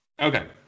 Okay